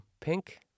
pink